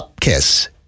kiss